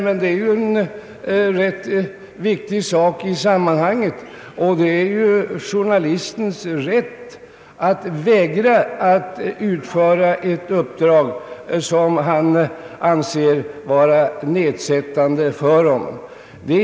En rätt viktig sak i sammanhanget som inte nämnts här är journalistens rätt att vägra utföra ett uppdrag som han anser vara nedsättande för honom.